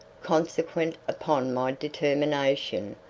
consequent upon my determination,